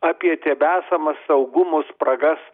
apie tebesamas saugumo spragas